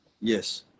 Yes